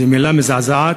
זו מילה מזעזעת.